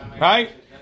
right